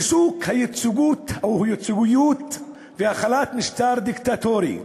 ריסוק הייצוגיות והחלת משטר דיקטטורי.